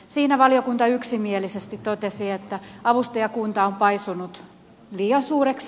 siinä valiokunta yksimielisesti totesi että avustajakunta on paisunut liian suureksi